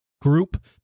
group